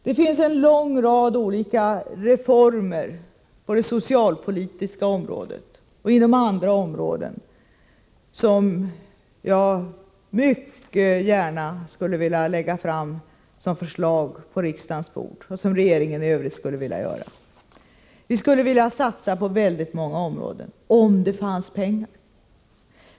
Det finns en lång rad olika reformer på det socialpolitiska området och inom andra områden som jag och regeringen i övrigt mycket gärna skulle vilja framlägga som förslag på riksdagens bord. Vi skulle vilja satsa på väldigt många områden — om det fanns pengar.